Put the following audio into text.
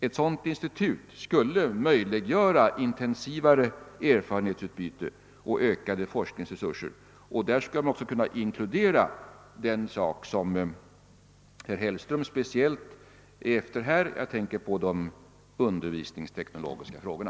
Ett sådant institut skulle möjliggöra intensivare erfarenhetsutbyte och ökade forskningsresurser. Där skulle man också kunna inkludera vad herr Hellström speciellt är ute efter, d.v.s. en lösning av de undervisningsteknologiska frågorna.